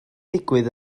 digwydd